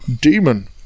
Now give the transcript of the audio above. demon